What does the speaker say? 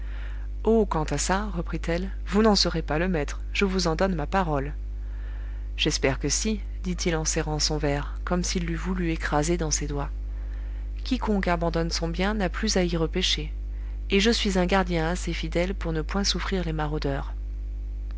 oh quant à ça reprit-elle vous n'en serez pas le maître je vous en donne ma parole j'espère que si dit-il en serrant son verre comme s'il l'eût voulu écraser dans ses doigts quiconque abandonne son bien n'a plus à y repêcher et je suis un gardien assez fidèle pour ne point souffrir les maraudeurs